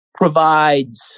provides